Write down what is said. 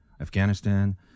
Afghanistan